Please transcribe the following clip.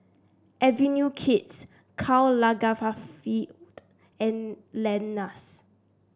Avenue Kids Karl Lagerfeld and Lenas